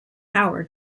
power